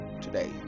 today